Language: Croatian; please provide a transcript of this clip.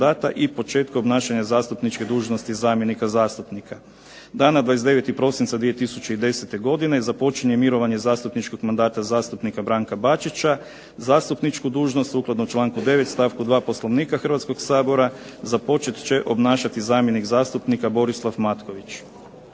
i početku obnašanja zastupničke dužnosti zamjenika zastupnika. Dana 29. prosinca 2010. godine započinje mirovanje zastupničkog mandata zastupnika Branka Bačića, zastupničku dužnost sukladno članku 9. stavku 2. Poslovnika Hrvatskog sabora započet će obnašati zamjenik zastupnika Borislav Matković.